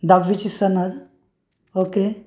दहा्वीची सन आहे ओके